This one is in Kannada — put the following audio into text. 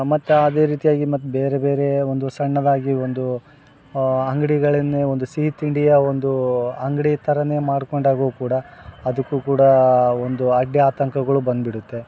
ಮತ್ತು ಅದೇ ರೀತಿಯಾಗಿ ಮತ್ತು ಬೇರೆ ಬೇರೆ ಒಂದು ಸಣ್ಣದಾಗಿ ಒಂದು ಅಂಗಡಿಗಳನ್ನೇ ಒಂದು ಸಿಹಿ ತಿಂಡಿಯ ಒಂದು ಅಂಗಡಿ ಥರ ಮಾಡಿಕೊಂಡಾಗು ಕೂಡ ಅದಕ್ಕು ಕೂಡ ಒಂದು ಅಡ್ಡಿ ಆತಂಕಗಳು ಬಂದುಬಿಡುತ್ತೇ